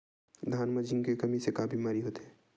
धान म जिंक के कमी से का बीमारी होथे?